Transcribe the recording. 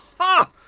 huh.